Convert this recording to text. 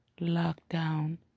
lockdown